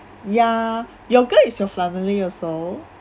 ya yoga is for family also